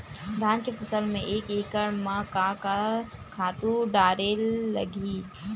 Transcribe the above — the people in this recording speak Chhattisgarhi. धान के फसल म एक एकड़ म का का खातु डारेल लगही?